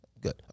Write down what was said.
Good